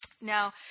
Now